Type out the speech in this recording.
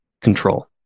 control